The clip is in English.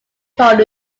call